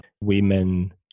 women